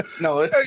No